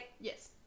Yes